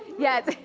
yes,